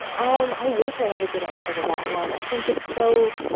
um i wish i had a good answer to that one. i think it's so.